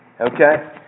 Okay